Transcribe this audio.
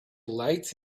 lights